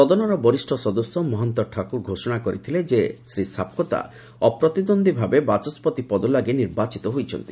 ସଦନର ବରିଷ୍ଣ ସଦସ୍ୟ ମହନ୍ତ ଠାକୁର ଘୋଷଣା କରିଥିଲେ ଯେ ଶ୍ରୀ ସାପକୋତା ଅପ୍ରତିଦ୍ୱନ୍ଦ୍ୱୀ ଭାବେ ବାଚସ୍କତି ପଦ ଲାଗି ନିର୍ବାଚିତ ହୋଇଛନ୍ତି